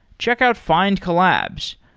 check out findcollabs.